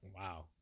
Wow